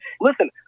Listen